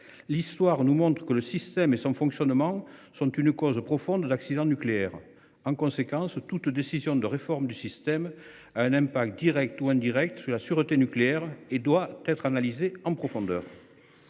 l’histoire nous montre que le système et son fonctionnement sont une cause profonde d’accident nucléaire. […] En conséquence, toute décision de réforme du système a un impact, direct ou indirect, sur la sûreté nucléaire et doit être analysée en profondeur.